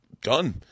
done